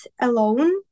alone